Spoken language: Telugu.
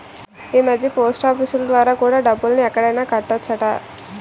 ఈమధ్య పోస్టాఫీసులు ద్వారా కూడా డబ్బుల్ని ఎక్కడైనా కట్టొచ్చట